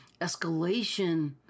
escalation